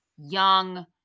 young